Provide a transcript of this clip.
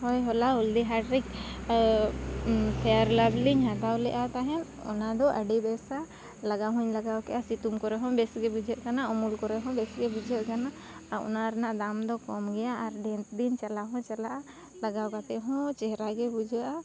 ᱦᱳᱭ ᱦᱚᱞᱟ ᱦᱚᱞᱫᱤ ᱦᱟᱴ ᱨᱮᱧ ᱯᱷᱮᱭᱟᱨ ᱞᱟᱵᱷᱞᱤᱧ ᱦᱟᱛᱟᱣ ᱞᱮᱫᱼᱟ ᱛᱟᱦᱮᱸᱫ ᱚᱱᱟ ᱫᱚ ᱟᱹᱰᱤ ᱵᱮᱥᱟ ᱞᱟᱜᱟᱣ ᱦᱚᱸᱧ ᱞᱟᱜᱟᱣ ᱠᱮᱫᱼᱟ ᱥᱤᱛᱩᱝ ᱠᱚᱨᱮ ᱦᱚᱸ ᱵᱮᱥᱜᱮ ᱵᱩᱡᱷᱟᱹᱜ ᱠᱟᱱᱟ ᱩᱢᱩᱞ ᱠᱚᱨᱮ ᱦᱚᱸ ᱵᱮᱥᱜᱮ ᱵᱩᱡᱷᱟᱹᱜ ᱠᱟᱱᱟ ᱚᱱᱟᱨᱮᱱᱟᱜ ᱫᱟᱢ ᱫᱚ ᱠᱚᱢ ᱜᱮᱭᱟ ᱟᱨ ᱰᱷᱮᱨ ᱫᱤᱱ ᱪᱟᱞᱟᱣ ᱦᱚᱸ ᱪᱟᱞᱟᱜᱼᱟ ᱞᱟᱜᱟᱣ ᱠᱟᱛᱮᱫ ᱦᱚᱸ ᱪᱮᱦᱨᱟᱜᱮ ᱵᱩᱡᱷᱟᱹᱜᱼᱟ